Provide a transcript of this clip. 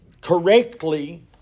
correctly